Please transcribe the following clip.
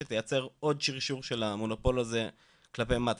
שתייצר עוד שרשור של המונופול הזה כלפי מטה.